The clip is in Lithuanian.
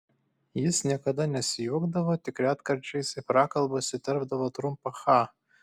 jis niekada nesijuokdavo tik retkarčiais į prakalbas įterpdavo trumpą cha